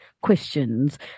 questions